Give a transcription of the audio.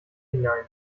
hinein